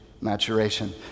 Maturation